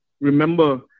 remember